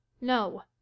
no